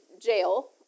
Jail